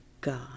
God